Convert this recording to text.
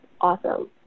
awesome